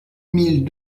mille